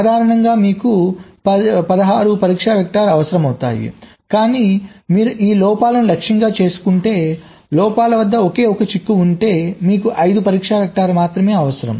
సాధారణంగా మీకు 16 వెక్టర్స్ అవసరమవుతాయి కానీ మీరు ఈ లోపాలను లక్ష్యంగా చేసుకుంటే లోపాల వద్ద ఒకే ఒక్క చిక్కు ఉంటే మీకు 5 పరీక్ష వెక్టర్స్ మాత్రమే అవసరం